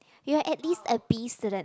you are at least a B student